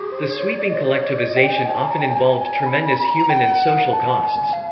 the sweeping collectivization often involved tremendous human and social costs.